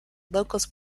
locals